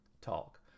talk